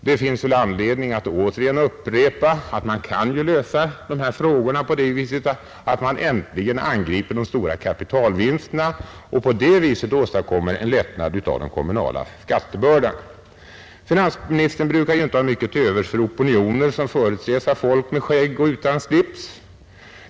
Det finns väl anledning att återigen upprepa att man kan lösa dessa frågor på det viset att man äntligen angriper de stora kapitalvinsterna och därigenom åstadkommer en lättnad av den kommunala skattebördan. Finansministern brukar ju inte ha mycket till övers för opinioner som företräds av folk med skägg och utan slips.